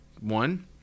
one